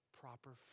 proper